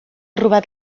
robat